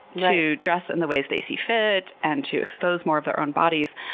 to dress in the ways they see fit and to expose more of their own bodies,